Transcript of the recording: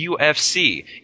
UFC